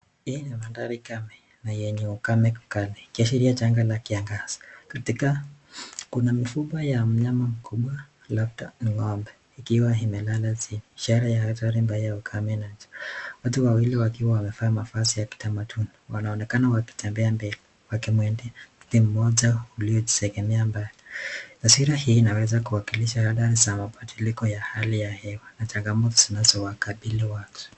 Hii ni mandhari kame na yenye ukame kali ikionyesha janga la kiangazi katikati kuna mifupa ya mnyama mkubwa labda ni ng'ombe ikiwa imelala chini ishara ya athari mbaya ya ukame na njaa, watu wawili wakiwa wamevaa mavazi ya kitamaduni wanaonekana wakitembea mbele wakimuendea mti moja uliojitegemea mbali. Taswira hii inaweza kuwakilisha athari za mabadiliko ya hali ya hewa na changamoto zinazowakabili watu.